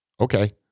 Okay